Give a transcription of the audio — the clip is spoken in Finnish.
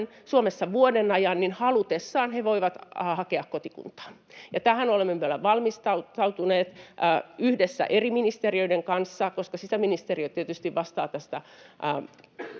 Suomessa vuoden ajan, he voivat halutessaan hakea kotikuntaa. Tähän olemme valmistautuneet yhdessä eri ministeriöiden kanssa, koska sisäministeriö tietysti vastaa